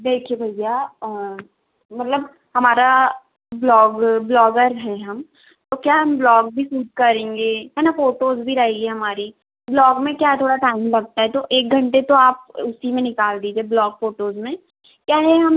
देखिए भैया मतलब हमारा ब्लॉग ब्लॉगर हैं हम तो क्या हम ब्लॉग भी सूट करेंगे है न फ़ोटोज़ भी रहेगी हमारी ब्लॉग में क्या है थोड़ा टाइम लगता है तो एक घंटे तो आप उसी में निकाल दीजिए ब्लॉग फ़ोटोज़ में क्या है हमें